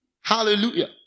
Hallelujah